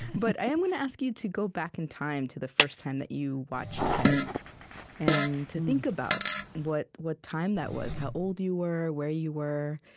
but i am gonna ask you to go back in time to the first time that you watched kes and to think about what what time that was how old you were, where you were,